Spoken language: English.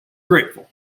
grateful